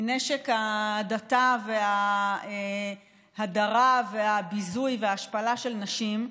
מנשק ההדתה, הההדרה, הביזוי והשפלה של נשים,